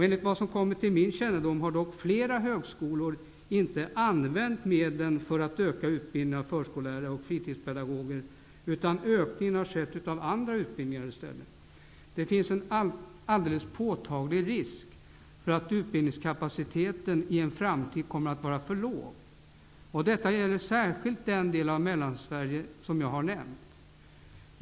Enligt vad som har kommit till min kännedom har dock flera högskolor inte använt medlen för att utöka utbildningen av förskollärare och fritidspedagoger, utan det har i stället skett en utökning av andra utbildningar. Det finns en alldeles påtaglig risk att utbildningskapaciteten i en framtid kommer att vara för låg. Detta gäller särskilt den del av Mellansverige som jag har nämnt.